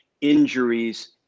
injuries